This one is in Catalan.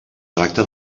tracta